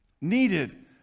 needed